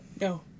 No